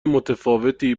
متفاوتی